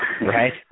Right